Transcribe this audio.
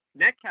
Netcap